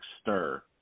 stir